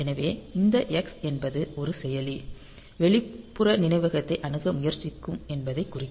எனவே இந்த x என்பது ஒரு செயலி வெளிப்புற நினைவகத்தை அணுக முயற்சிக்கும் என்பதைக் குறிக்கும்